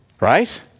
right